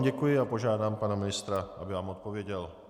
Děkuji vám a požádám pana ministra, aby vám odpověděl.